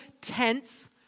tents